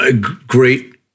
Great